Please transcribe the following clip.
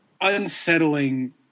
unsettling